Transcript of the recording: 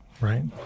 Right